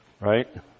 Right